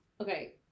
Okay